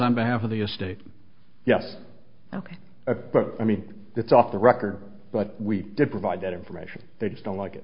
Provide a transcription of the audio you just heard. on behalf of the estate yes ok but i mean that's off the record but we did provide that information they just don't like